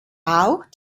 auch